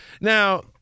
now